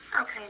Okay